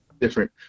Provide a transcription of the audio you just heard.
different